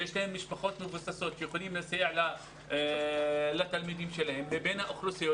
שיש להם משפחות מבוססות שיכולות לסייע לילדים שלהן לבין האוכלוסיות